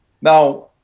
Now